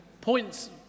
points